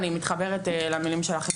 אני מתחברת למילים שלך,